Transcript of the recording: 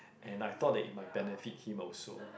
and I thought that it might benefit him also